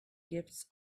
gifts